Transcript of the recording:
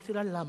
אמרתי לה: למה?